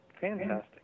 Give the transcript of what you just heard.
Fantastic